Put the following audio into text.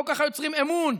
לא ככה יוצרים אמון.